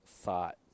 thought